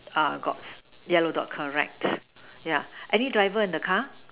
uh got yellow door correct yeah and do you drive a car